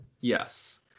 Yes